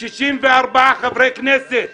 64 חברי כנסת חתמו.